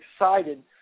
excited